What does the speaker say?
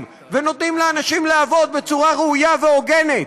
ונותנים לאנשים לעבוד בצורה ראויה והוגנת,